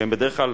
שהן בדרך כלל,